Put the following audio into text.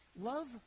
Love